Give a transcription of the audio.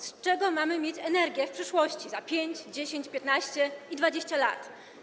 Z czego mamy mieć energię w przyszłości, za 5, 10, 15 i 20 lat?